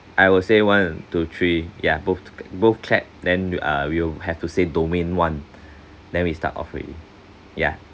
I will say one two three ya both both clap then uh we will have to say domain one then we start off already ya